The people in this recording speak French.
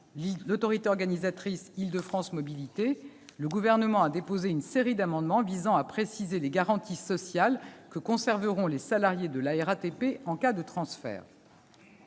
l'autorité organisatrice Île-de-France Mobilités, le Gouvernement a déposé une série d'amendements visant à préciser les garanties sociales conservées par les salariés de la RATP en cas de transfert.